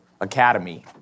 academy